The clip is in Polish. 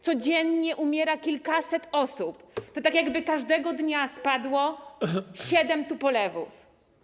Codziennie umiera kilkaset osób, to tak jakby każdego dnia spadło siedem tupolewów.